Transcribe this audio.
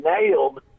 nailed